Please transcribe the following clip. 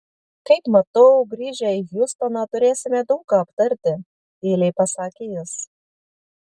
kaip matau grįžę į hjustoną turėsime daug ką aptarti tyliai pasakė jis